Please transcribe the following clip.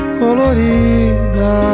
colorida